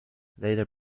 later